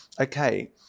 okay